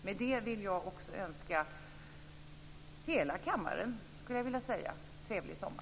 Med det vill jag också önska hela kammaren trevlig sommar.